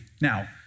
Now